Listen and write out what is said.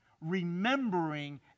remembering